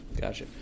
Gotcha